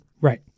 Right